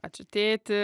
ačiū tėti